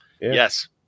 Yes